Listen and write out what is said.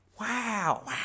Wow